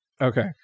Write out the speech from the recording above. Okay